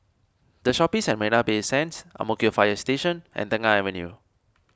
the Shoppes at Marina Bay Sands Ang Mo Kio Fire Station and Tengah Avenue